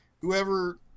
whoever